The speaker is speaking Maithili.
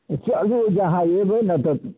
चलू जे अहाँ अयबै ने तऽ